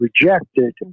rejected